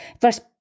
first